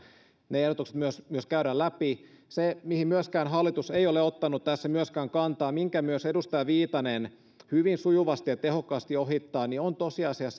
ne ehdotukset myös myös käydä läpi se mihin hallitus ei ole ottanut tässä myöskään kantaa ja minkä myös edustaja viitanen hyvin sujuvasti ja tehokkaasti ohittaa on tosiasia